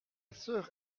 sœur